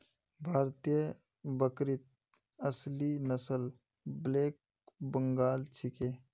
भारतीय बकरीत असली नस्ल ब्लैक बंगाल छिके